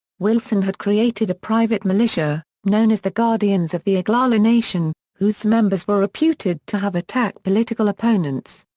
wilson had created a private militia, known as the guardians of the oglala nation, whose members were reputed to have attacked political opponents.